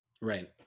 Right